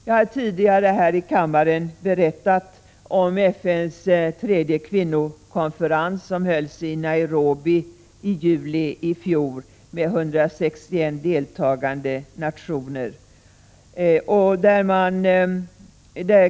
Jag har tidigare här i kammaren berättat om FN:s tredje kvinnokonferens, som hölls i Nairobi i juli i fjol med 161 deltagande nationer.